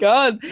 God